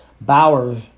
Bowers